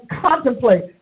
contemplate